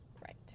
right